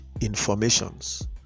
informations